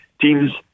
teams